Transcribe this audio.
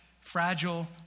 fragile